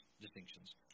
distinctions